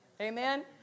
Amen